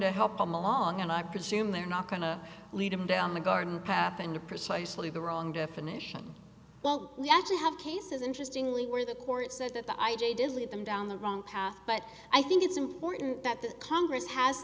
to help them along and i presume they're not going to lead them down the garden path into precisely the wrong definition well we actually have cases interesting leigh where the court said that the i g did lead them down the wrong path but i think it's important that the congress has